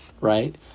right